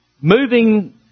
moving